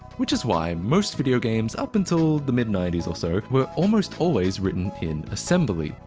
which is why most video games, up until the mid ninety s or so, were almost always written in assembly.